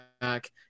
back